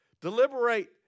Deliberate